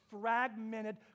fragmented